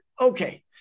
okay